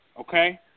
okay